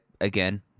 again